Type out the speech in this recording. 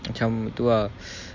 macam tu ah